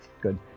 Good